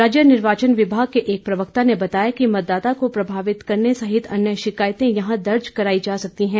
राज्य निर्वाचन विभाग के एक प्रवक्ता ने बताया कि मतदाता को प्रभावित करने सहित अन्य शिकायतें यहां दर्ज कराई जा सकती हैं